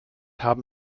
haben